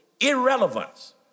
irrelevance